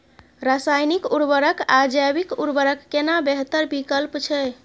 रसायनिक उर्वरक आ जैविक उर्वरक केना बेहतर विकल्प छै?